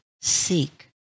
seek